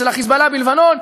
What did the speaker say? אצל ה"חיזבאללה" בלבנון.